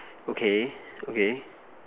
okay okay